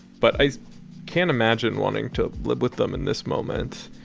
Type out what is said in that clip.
but i can't imagine wanting to live with them in this moment.